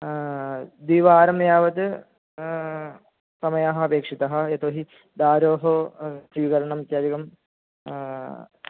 द्विवारं यावत् समयः अपेक्षितः यतोहि दारोः स्वीकरणम् इत्यादिकम्